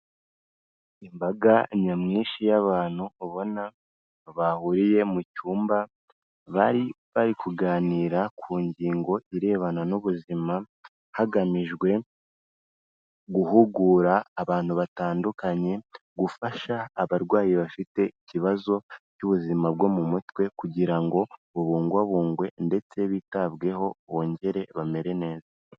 Imbaga nyamwinshi y'abantu ubona bahuriye mu cyumba, bari bari kuganira ku ngingo irebana n'ubuzima, hagamijwe guhugura abantu batandukanye, gufasha abarwayi bafite ikibazo cy'ubuzima bwo mu mutwe kugira ngo bubungwabungwe ndetse bitabweho bongere bamere neza.